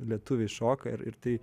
lietuviai šoka ir tai